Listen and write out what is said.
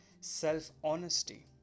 self-honesty